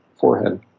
forehead